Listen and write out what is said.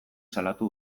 salatu